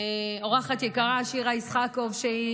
אורחת יקרה, שירה איסקוב, והיא